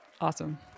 Awesome